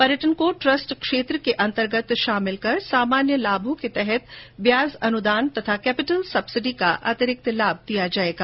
पर्यटन को ट्रस्ट क्षेत्र के अन्तर्गत शामिल कर सामान्य लाभों के तहत ब्याज अनुदान तथा कैपिटल सब्सिडी का अतिरिक्त लाभ दिया जाएगा